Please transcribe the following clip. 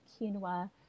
quinoa